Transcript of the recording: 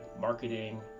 marketing